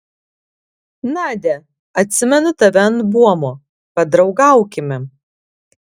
nadia atsimenu tave ant buomo padraugaukime